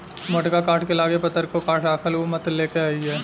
मोटका काठ के लगे पतरको काठ राखल उ मत लेके अइहे